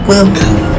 Welcome